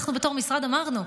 אנחנו בתור משרד אמרנו,